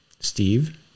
Steve